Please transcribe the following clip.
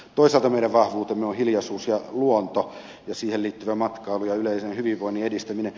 toisaalta meidän vahvuutemme ovat hiljaisuus ja luonto ja siihen liittyvä matkailu ja yleisen hyvinvoinnin edistäminen